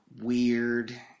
weird